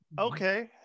Okay